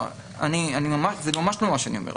זה ממש לא מה שאני אומר.